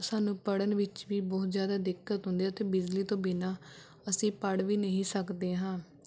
ਸ ਸ ਸਾਨੂੰ ਪੜ੍ਹਨ ਵਿੱਚ ਵੀ ਬਹੁਤ ਜ਼ਿਆਦਾ ਦਿੱਕਤ ਹੁੰਦੀ ਹੈ ਅਤੇ ਬਿਜਲੀ ਤੋਂ ਬਿਨਾਂ ਅਸੀਂ ਪੜ੍ਹ ਵੀ ਨਹੀਂ ਸਕਦੇ ਹਾਂ